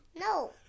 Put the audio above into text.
No